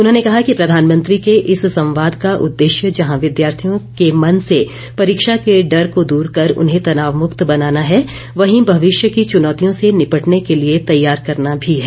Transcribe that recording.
उन्होंने कहा कि प्रधानमंत्री के इस संवाद का उद्देश्य जहां विद्यार्थियों के मन से परीक्षा के डर को दूर कर उन्हें तनावमुक्त बनाना है वहीं भविष्य की चुनौतियों से निपटने के लिए तैयार करना भी है